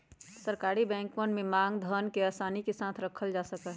सरकारी बैंकवन में मांग धन के आसानी के साथ रखल जा सका हई